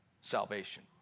salvation